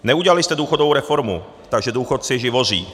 Neudělali jste důchodovou reformu, takže důchodci živoří.